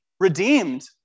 redeemed